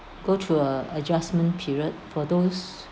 go through a adjustment period for those